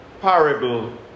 parable